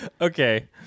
okay